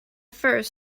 first